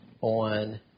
on